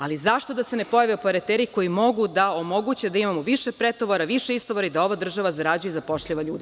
Ali, zašto da se ne pojave operateri koji mogu da omoguće da imamo više pretovara, više istovara i da ova država zarađuje i zapošljava ljude?